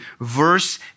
Verse